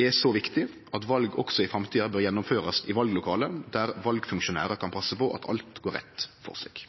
er så viktig at val også i framtida bør gjennomførast i vallokale, der valfunksjonærar kan passe på at alt går rett for seg.